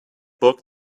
book